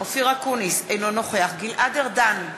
אינו נוכח גלעד ארדן,